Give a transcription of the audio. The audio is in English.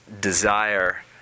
desire